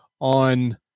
on